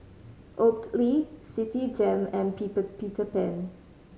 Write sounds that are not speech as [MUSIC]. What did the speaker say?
Oakley Citigem and [UNINTELLIGIBLE] Peter Pan